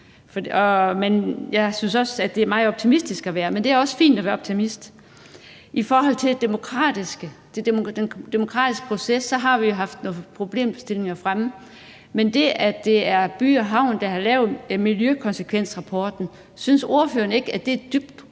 jeg synes også, at det er meget optimistisk – men det er også fint at være optimist. I forhold til den demokratiske proces har vi jo haft nogle problemstillinger fremme, men synes ordføreren ikke, at det er dybt